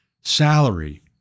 salary